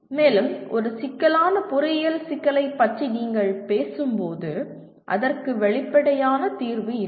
மேலும் ஒரு சிக்கலான பொறியியல் சிக்கலைப் பற்றி நீங்கள் பேசும்போது அதற்கு வெளிப்படையான தீர்வு இல்லை